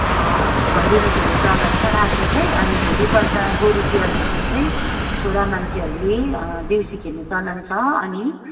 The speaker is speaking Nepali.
भैलिनी खेल्ने चलन छ राति चाहिँ अनि भोलिपल्ट गोरु तिहारको दिन चाहिँ छोरा मान्छेहरूले देउसी खेल्ने चलन छ अनि